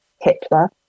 Hitler